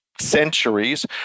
centuries